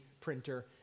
printer